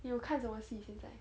你有看什么戏现在